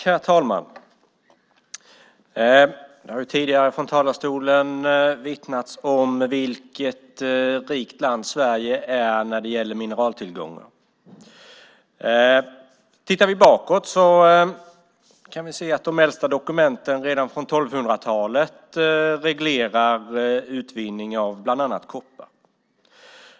Herr talman! Det har tidigare från talarstolen vittnats om vilket rikt land Sverige är när det gäller mineraltillgångar. Tittar vi bakåt kan vi se att de äldsta dokumenten redan på 1200-talet reglerar utvinning av bland annat koppar.